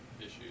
issues